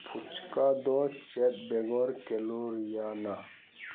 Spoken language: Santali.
ᱯᱷᱩᱪᱠᱟ ᱫᱚ ᱪᱮᱫ ᱵᱮᱜᱚᱨ ᱠᱮᱞᱳᱨᱤᱭᱟᱱᱟ